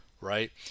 right